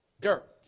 dirt